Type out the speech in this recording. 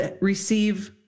receive